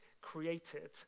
created